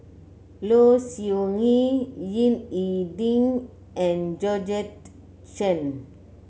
Low Siew Nghee Ying E Ding and Georgette Chen